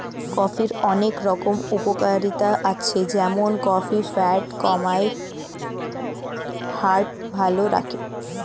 কফির অনেক রকম উপকারিতা আছে যেমন কফি ফ্যাট কমায়, হার্ট ভালো রাখে